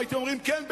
הייתם אומרים: כן,